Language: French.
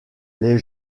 les